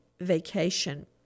vacation